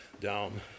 down